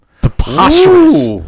preposterous